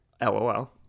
LOL